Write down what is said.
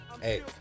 Hey